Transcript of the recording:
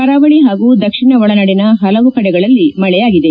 ಕರಾವಳಿ ಹಾಗೂ ದಕ್ಷಿಣ ಒಳನಾಡಿನ ಪಲವು ಕಡೆಗಳಲ್ಲಿ ಮಳೆಯಾಗಿದೆ